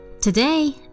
Today